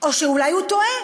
או שאולי הוא טועה.